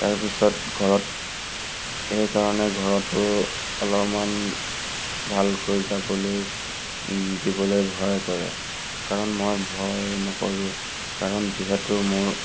তাৰপিছত ঘৰত সেইকাৰণে ঘৰতো অলপমান ভালকৈ যাবলৈ দিবলৈ ভয় কৰে কাৰণ মই ভয় নকৰোঁ কাৰণ যিহেতু মোৰ